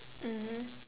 mmhmm